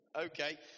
Okay